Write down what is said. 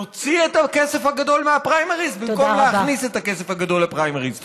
נוציא את הכסף הגדול מהפריימריז במקום להכניס את הכסף הגדול לפריימריז.